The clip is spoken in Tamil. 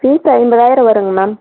ஃபீஸு ஐம்பதாயிரம் வரும்ங்க மேம்